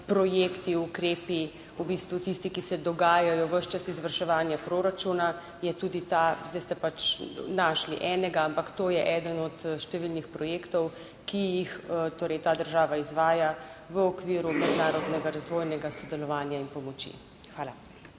projekti, ukrepi v bistvu tisti, ki se dogajajo ves čas izvrševanja proračuna, je tudi ta. Zdaj ste pač našli enega, ampak to je eden od številnih projektov, ki jih torej ta država izvaja v okviru mednarodnega razvojnega sodelovanja in pomoči. Hvala.